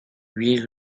huit